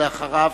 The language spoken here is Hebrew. ואחריו,